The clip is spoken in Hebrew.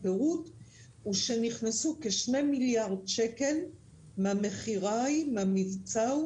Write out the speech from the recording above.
בפועל נכנסו כ-2 מיליארד שקל מהמבצע של